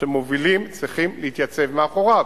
שמובילים צריכים להתייצב מאחוריו.